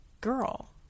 Girl